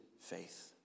faith